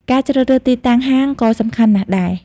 ការជ្រើសរើសទីតាំងហាងក៏សំខាន់ណាស់ដែរ។